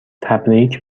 تبریک